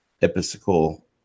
Episcopal